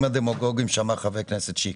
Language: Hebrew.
הדמגוגיים שאמר חבר הכנסת עמיחי שיקלי.